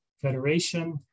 Federation